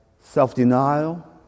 self-denial